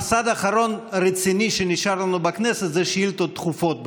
המסד הרציני האחרון שנשאר לנו בכנסת בתקופה הזאת זה שאילתות דחופות.